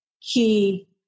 key